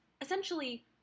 Essentially